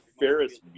ferris